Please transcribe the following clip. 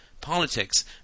politics